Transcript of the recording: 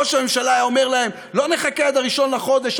ראש הממשלה היה אומר להם: לא נחכה עד ה-1 בחודש,